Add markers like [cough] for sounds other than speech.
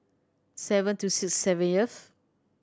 seven two six [unintelligible]